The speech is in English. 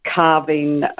carving